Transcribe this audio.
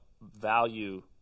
value